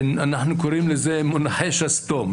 אנחנו קוראים לזה "מונחי שסתום".